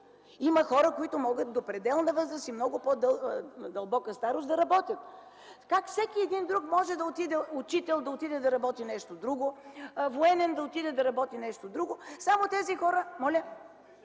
Има хора, които могат до пределна възраст и до дълбока старост да работят. Как всеки друг може да отиде? Например учител да отиде да работи нещо друго, военен да отиде да работи нещо друго, само тези хора...